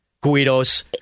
Guidos